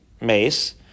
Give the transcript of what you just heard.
mace